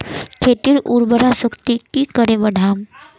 खेतीर उर्वरा शक्ति की करे बढ़ाम?